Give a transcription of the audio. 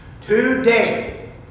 Today